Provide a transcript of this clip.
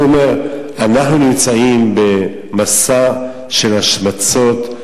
אני אומר: אנחנו נמצאים במסע של השמצות,